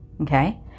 okay